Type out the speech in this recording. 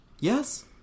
yes